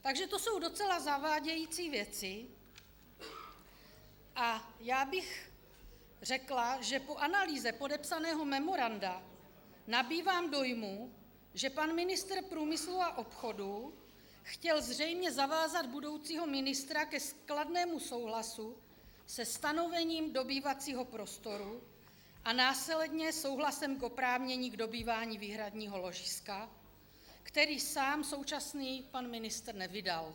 Takže to jsou docela zavádějící věci a já bych řekla, že po analýze podepsaného memoranda nabývám dojmu, že pan ministr průmyslu a obchodu chtěl zřejmě zavázat budoucího ministra ke kladnému souhlasu se stanovením dobývacího prostoru a následně souhlasem k oprávnění dobývání výhradního ložiska, který sám současný pan ministr nevydal.